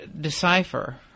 decipher